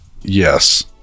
Yes